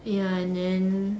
ya and then